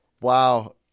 Wow